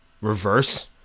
reverse